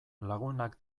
lagunak